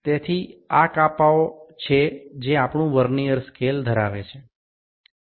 તેથી આ કાપા ઓ છે જે આપણું વર્નીઅર સ્કેલ ધરાવે છે